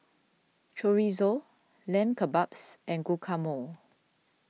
Chorizo Lamb Kebabs and Guacamole